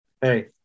hey